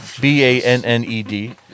B-A-N-N-E-D